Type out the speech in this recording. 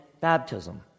baptism